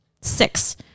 six